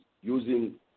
using